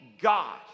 God